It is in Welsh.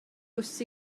bws